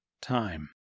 Time